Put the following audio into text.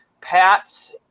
Pat's